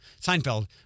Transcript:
Seinfeld